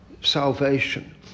salvation